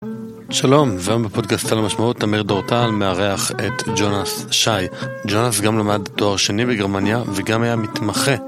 שלום, והיום בפודקאסט על המשמעות אמיר דורטל מערך את ג'ונס שי. ג'ונס גם למד תואר שני בגרמניה וגם היה מתמחה.